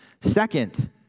Second